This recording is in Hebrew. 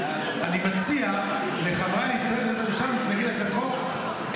אני מציע לחבריי להצטרף לעמדת הממשלה ולהתנגד להצעת החוק,